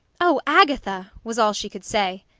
oh, agatha! was all she could say.